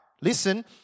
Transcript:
listen